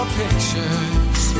pictures